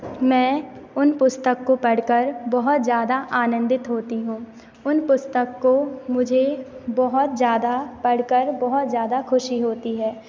मैं उन पुस्तक को पढ़कर बहुत ज़्यादा आनंदित होती हूँ उन पुस्तक को मुझे बहुत ज़्यादा पढ़कर बहुत ज़्यादा खुशी होती है